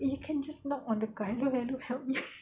you can just knock on the car hello hello help me